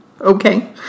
Okay